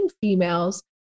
females